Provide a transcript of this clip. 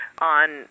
On